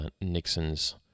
Nixon's